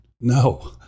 No